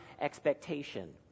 expectation